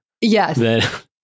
Yes